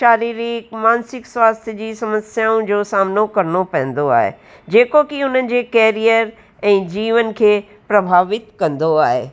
शारीरिक मानसिक स्वास्थ्य जी समस्याऊं जो सामिनो करिणो पवंदो आहे जेको की उन जे केरियर ऐं जीवन खे प्रभावित कंदो आहे